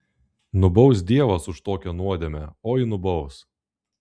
nubaus dievas už tokią nuodėmę oi nubaus